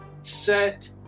set